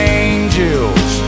angels